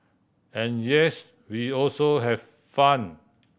and yes we also have fun